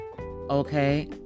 ...okay